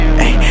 hey